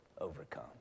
overcome